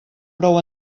prou